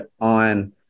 on